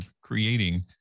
creating